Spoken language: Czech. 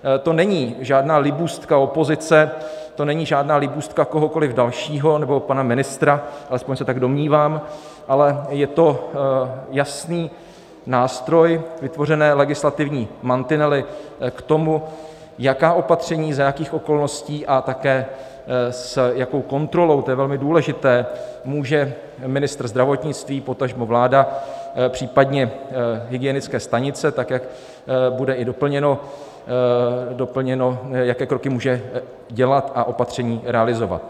To není žádná libůstka opozice, to není žádná libůstka kohokoliv dalšího, nebo pana ministra, alespoň se tak domnívám, ale je to jasný nástroj, vytvořené legislativní mantinely k tomu, jaká opatření, za jakých okolností a také s jakou kontrolou to je velmi důležité může ministr zdravotnictví, potažmo vláda, případně hygienické stanice, tak jak bude i doplněno, jaké kroky může dělat a opatření realizovat.